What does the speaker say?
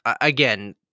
again